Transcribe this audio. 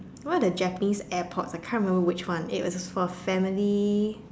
one of the Japanese airports I can't remember which one it was for the family